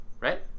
Right